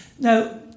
Now